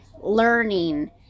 learning